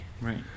Right